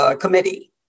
Committee